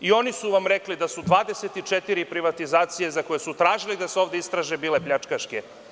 Oni su vam rekli da su 24 privatizacije za koje su tražili da se ovde istraže bile pljačkaške.